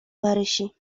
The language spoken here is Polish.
marysi